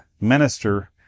minister